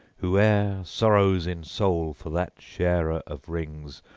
who e'er sorrows in soul for that sharer of rings,